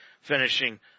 finishing